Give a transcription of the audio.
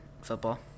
football